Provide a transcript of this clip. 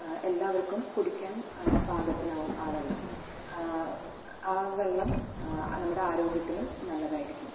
എല്ലാവർക്കും കുടിക്കാൻ പാകത്തിനാവും ആ വെള്ളം ആ വെള്ളം നമ്മുടെ ആരോഗ്യത്തിനും നല്ലതായരിക്കും